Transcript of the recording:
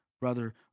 brother